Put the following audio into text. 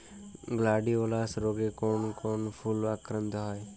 Gladiolus রোগে কোন কোন ফুল আক্রান্ত হয়?